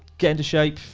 get into shape.